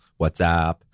WhatsApp